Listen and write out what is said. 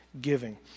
giving